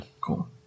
Cool